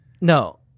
No